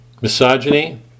misogyny